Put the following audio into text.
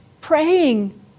Praying